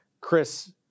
Chris